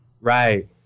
right